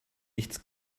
nichts